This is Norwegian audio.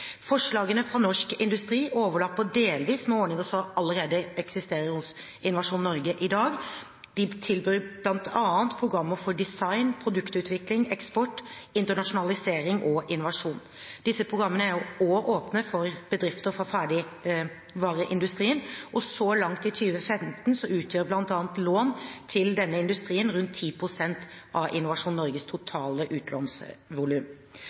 Forslagene fra Norsk Industri overlapper delvis med ordninger som allerede eksisterer hos Innovasjon Norge i dag. Innovasjon Norge tilbyr bl.a. programmer for design og produktutvikling, eksport, internasjonalisering og innovasjon. Disse programmene er også åpne for bedrifter fra ferdigvareindustrien. Så langt i 2015 utgjør bl.a. lån til denne industrien rundt 10 pst. av Innovasjon Norges totale utlånsvolum.